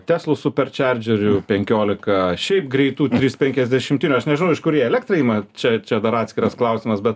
teslų superčerdžerių penkiolika šiaip greitų trys penkiasdešimtinių aš nežinau iš kur jie elektrą ima čia čia dar atskiras klausimas bet